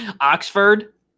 Oxford